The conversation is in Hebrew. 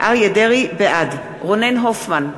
בעד רונן הופמן,